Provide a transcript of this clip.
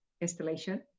installation